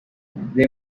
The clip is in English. they